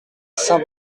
saint